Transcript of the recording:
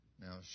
Now